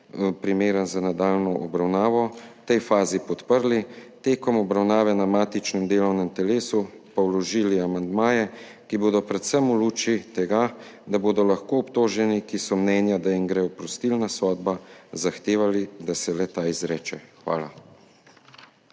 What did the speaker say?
primeren za nadaljnjo obravnavo, v tej fazi podprli, med obravnavo na matičnem delovnem telesu pa vložili amandmaje, ki bodo predvsem v luči tega, da bodo lahko obtoženi, ki so mnenja, da jim gre oprostilna sodba, zahtevali, da se le-ta izreče. Hvala.